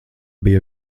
bija